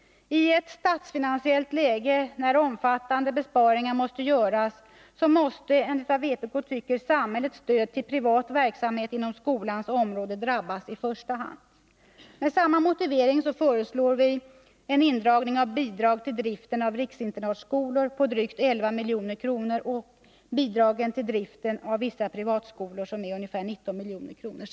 I ett statsfinansiellt läge där omfattande besparingar måste göras, måste enligt vpk samhällets stöd till privat verksamhet inom skolans område drabbas i första hand. Med samma motivering föreslår vpk en indragning av bidragen till driften av riksinternatskolor, på drygt 11 milj.kr., och bidragen till driften av vissa privatskolor, som uppgår till ungefär 19,1 milj.kr.